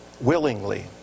willingly